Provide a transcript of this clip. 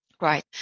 Right